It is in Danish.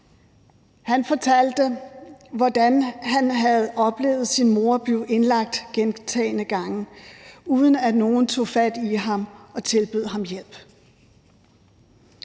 Han fortalte, hvordan han havde oplevet sin mor blive indlagt gentagne gange, uden at nogen tog fat i ham og tilbød ham hjælp.